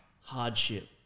hardship